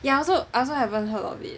ya I also I also haven't heard of it